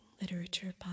literature